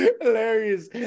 Hilarious